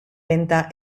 lenta